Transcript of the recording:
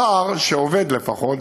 שר שעובד לפחות,